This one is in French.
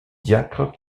diacre